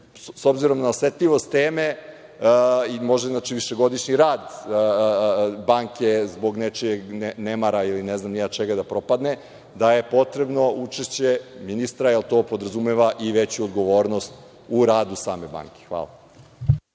obzirom na osetljivost teme i možda višegodišnji rad banke zbog nečijeg nemara ili ne znam ni ja čega da propadne, potrebno je učešće ministra, jer to podrazumeva i veću odgovornost u radu same banke. Hvala.